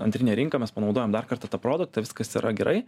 antrinė rinka mes panaudojam dar kartą tą produktą viskas yra gerai